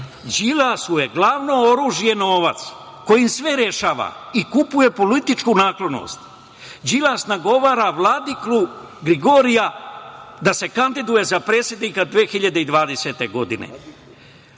Đilasu je glavno oruđe novac kojim sve rešava i kupuje političku naklonost. Đilas nagovara vladiku Gligorija da se kandiduje za predsednika 2020. godine.